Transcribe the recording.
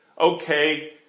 okay